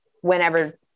whenever